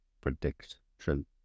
prediction